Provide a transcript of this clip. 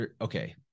okay